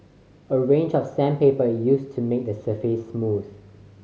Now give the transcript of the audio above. a range of sandpaper used to make the surface smooth